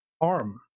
arm